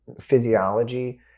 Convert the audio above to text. physiology